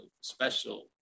special